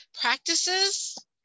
practices